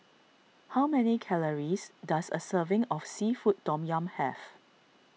how many calories does a serving of Seafood Tom Yum have